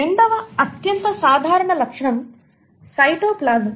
రెండవ అత్యంత సాధారణ లక్షణం సైటోప్లాజం